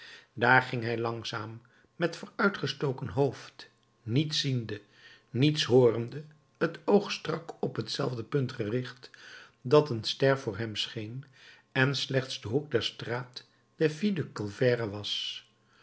daar ging hij langzaam met vooruitgestoken hoofd niets ziende niets hoorende het oog strak op hetzelfde punt gericht dat een ster voor hem scheen en slechts de hoek der straat des filles du calvaire was